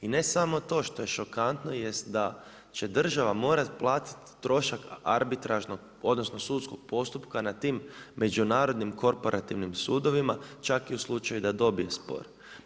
I ne samo to, što je šokantno jest da će država morati platiti trošak arbitražnog odnosno sudskog postupka nad tim međunarodnim korporativnim sudovima čak i u slučaju da dobije spor.